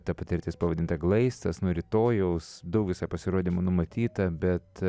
ta patirtis pavadinta glaistas nuo rytojaus daug juose pasirodymų numatyta bet